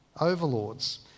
overlords